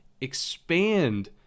expand